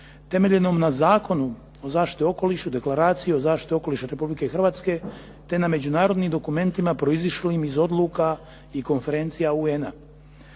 temeljenom na Zakonu o zaštiti okoliša i Deklaraciji o zaštiti okoliša Republike Hrvatske, te na međunarodnim dokumentima proizišlim iz odluka i konferencija UN-a.